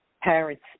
parents